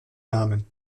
namen